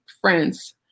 friends